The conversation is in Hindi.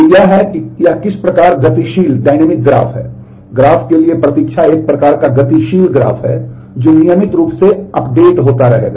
तो यह है कि यह किस प्रकार एक गतिशील ग्राफ है ग्राफ़ के लिए प्रतीक्षा एक प्रकार का गतिशील ग्राफ़ है जो नियमित रूप से अपडेट होता रहेगा